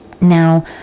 Now